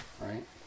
right